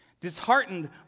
Disheartened